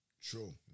true